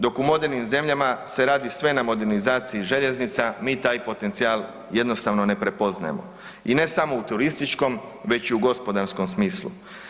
Dok u modernim zemljama se radi sve na modernizaciji željeznica mi taj potencijal jednostavno ne prepoznajemo i ne samo u turističkom već i u gospodarskom smislu.